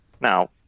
Now